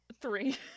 three